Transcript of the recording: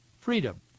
freedom